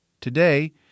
Today